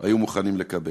היו מוכנים לקבל.